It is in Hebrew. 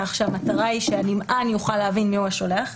כך שהמטרה היא שהנמען יוכל להבין מי הוא השולח.